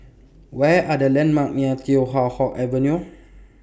What Are The landmarks near Teow Hock Avenue